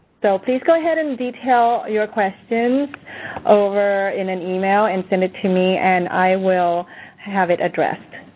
so please go ahead and detail your questions over in an email and send it to me and i will have it addressed.